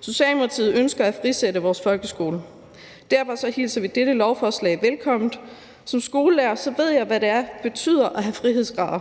Socialdemokratiet ønsker at frisætte vores folkeskole. Derfor hilser vi dette lovforslag velkommen. Som skolelærer ved jeg, hvad det betyder at have frihedsgrader.